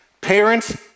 Parents